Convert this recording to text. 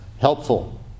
helpful